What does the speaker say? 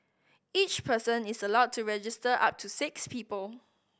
each person is allowed to register up to six people